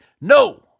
No